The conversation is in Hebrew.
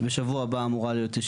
ושבוע הבא אמורה להיות ישיבה.